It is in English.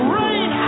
rain